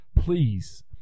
please